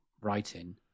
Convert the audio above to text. writing